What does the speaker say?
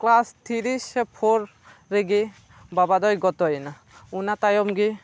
class three ᱥᱮ four ᱨᱮᱜᱤ ᱵᱟᱵᱟ ᱫᱚᱭ ᱜᱚᱛᱚᱭᱮᱱᱟ ᱚᱱᱟ ᱛᱟᱭᱚᱢ ᱜᱮ